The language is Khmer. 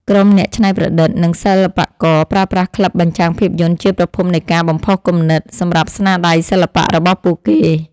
ក្រុមអ្នកច្នៃប្រឌិត និងសិល្បករ ប្រើប្រាស់ក្លឹបបញ្ចាំងភាពយន្តជាប្រភពនៃការបំផុសគំនិត សម្រាប់ស្នាដៃសិល្បៈរបស់ពួកគេ។